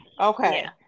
Okay